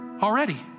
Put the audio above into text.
Already